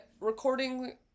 recording